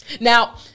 Now